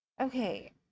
Okay